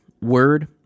word